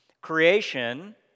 creation